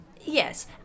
Yes